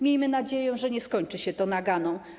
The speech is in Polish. Miejmy nadzieję, że nie skończy się to naganą.